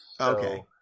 Okay